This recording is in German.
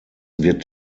wird